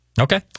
Okay